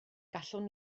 gallwn